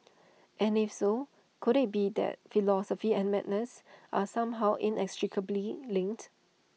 and if so could IT be that philosophy and madness are somehow inextricably linked